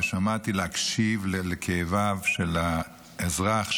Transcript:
להקשיב לכאביו של האזרח,